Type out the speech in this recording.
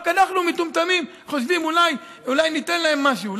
רק אנחנו מטומטמים, חושבים שאולי ניתן להם משהו.